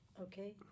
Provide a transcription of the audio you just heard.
Okay